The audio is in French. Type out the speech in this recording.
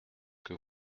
que